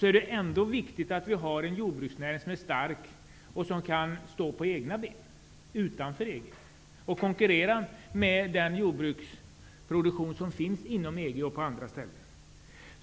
-- är det viktigt att vi har en jordbruksnäring som är stark och som kan stå på egna ben utanför EG och konkurrera med den jordbruksproduktion som finns inom EG och på andra ställen.